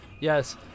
Yes